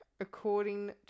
According